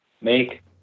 make